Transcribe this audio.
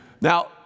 Now